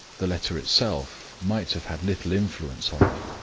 the letter itself might have had little influence on me.